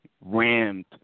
rammed